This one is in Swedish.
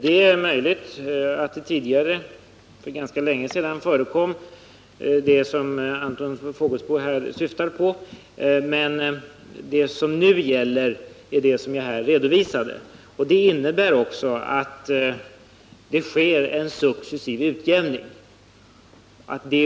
Det är möjligt att det längre tillbaka förekom sådana förhållanden som Anton Fågelsbo syftar på, men det som jag har redovisat är det som nu gäller, och i detta ligger också att en successiv utjämning skall ske.